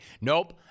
Nope